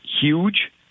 huge